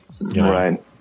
Right